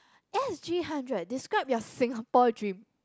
S_G hundred describe your Singapore dream